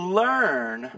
learn